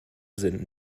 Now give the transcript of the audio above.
sind